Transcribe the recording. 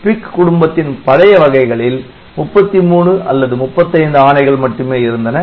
PIC குடும்பத்தின் பழைய வகைகளில் 33 அல்லது 35 ஆணைகள் மட்டுமே இருந்தன